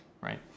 right